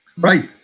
Right